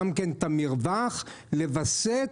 גם את המרווח לווסת,